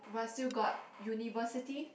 but I still got university